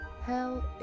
hell